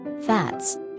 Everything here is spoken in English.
Fats